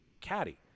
Caddy